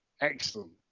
Excellent